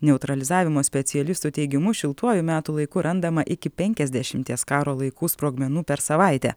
neutralizavimo specialistų teigimu šiltuoju metų laiku randama iki penkiasdešimties karo laikų sprogmenų per savaitę